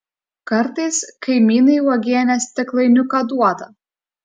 kartais kaimynai uogienės stiklainiuką duoda